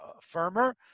firmer